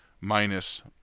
minus